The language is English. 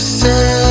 say